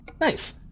Nice